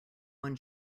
one